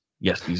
Yes